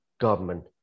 government